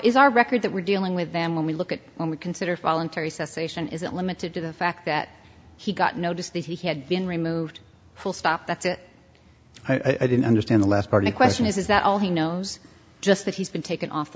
is our record that we're dealing with them when we look at when we consider voluntary cessation isn't limited to the fact that he got notice that he had been removed full stop that's it i didn't understand the last part of the question is that all he knows just that he's been taken off the